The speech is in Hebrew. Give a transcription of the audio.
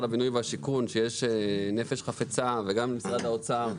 הבינוי והשיכון שיש נפש חפצה וגם במשרד האוצר,